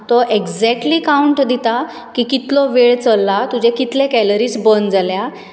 तो exactly count दिता की कितलो वेळ चल्ला तुजे कितले कॅलरीज बर्न जाल्या